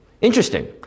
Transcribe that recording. Interesting